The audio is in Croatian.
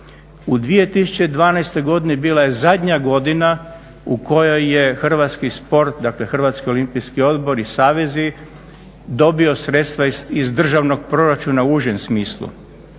U 2012. godini bila je zadnja godina u kojoj je hrvatski sport, dakle Hrvatski olimpijski odbor i savezi dobio sredstva iz državnog proračuna u užem smislu.